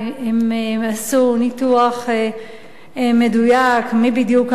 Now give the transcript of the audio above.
הם עשו ניתוח מדויק מי בדיוק האנשים,